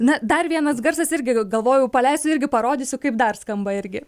na dar vienas garsas irgi galvojau paleisiu irgi parodysiu kaip dar skamba irgi